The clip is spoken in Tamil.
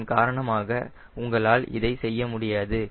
இதன் காரணமாக உங்களால் இதை செய்ய முடியாது